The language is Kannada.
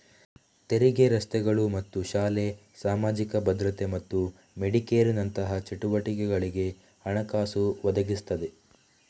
ತೆರಿಗೆ ರಸ್ತೆಗಳು ಮತ್ತು ಶಾಲೆ, ಸಾಮಾಜಿಕ ಭದ್ರತೆ ಮತ್ತು ಮೆಡಿಕೇರಿನಂತಹ ಚಟುವಟಿಕೆಗಳಿಗೆ ಹಣಕಾಸು ಒದಗಿಸ್ತದೆ